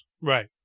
Right